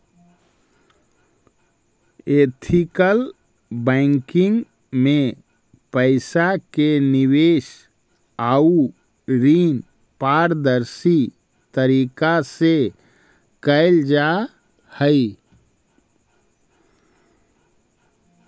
ethical banking में पइसा के निवेश आउ ऋण पारदर्शी तरीका से कैल जा हइ